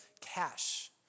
cash